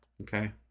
Okay